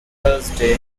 thursday